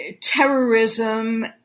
Terrorism